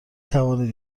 توانید